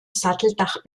satteldach